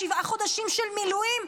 שבעה חודשים של מילואים,